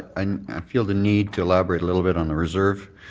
and i feel the need to elaborate a little bit on the reserve.